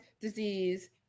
disease